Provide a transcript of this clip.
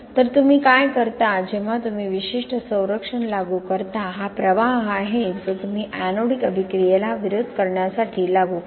तर तुम्ही काय करता जेव्हा तुम्ही विशिष्ट संरक्षण लागू करता हा प्रवाह आहे जो तुम्ही एनोडिक अभिक्रियेला विरोध करण्यासाठी लागू करता